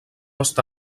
està